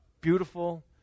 beautiful